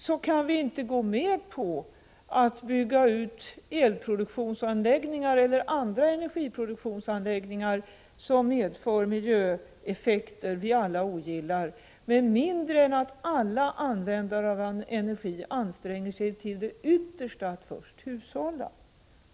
Vi kan inte gå med på att bygga ut elproduktionsanläggningar eller andra energiproduktionsanläggningar som medför miljöeffekter vi alla ogillar med mindre än att alla användare av energi först anstränger sig till det yttersta för att hushålla.